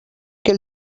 que